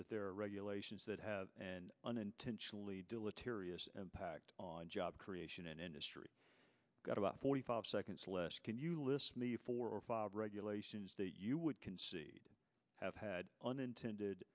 that there are regulations that have unintentionally on job creation and industry got about forty five seconds left can you list four or five regulations that you would concede have had unintended